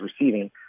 receiving